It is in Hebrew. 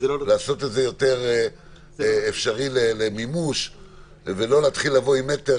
לעשות את זה יותר אפשרי למימוש ולא להתחיל לבוא עם מטר.